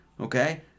Okay